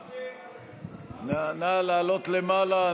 נא לעלות למעלה.